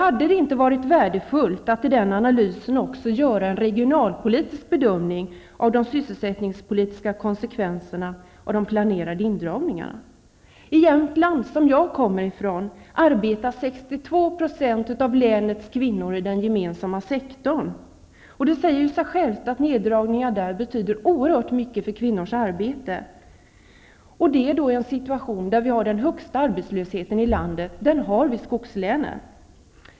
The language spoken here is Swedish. Hade det inte också varit värdefullt att i samband med analysen göra en regionalpolitisk bedömning av de sysselsättningspolitiska konsekvenserna när det gäller de planerade indragningarna? I Jämtland, som jag kommer från, arbetar 62 % av länets kvinnor i den gemensamma sektorn. Det säger sig självt att neddragningar där betyder oerhört mycket för kvinnors möjlighet att få arbete, och det i en situation då vi har landets högsta arbetslöshet i skogslänen.